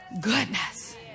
goodness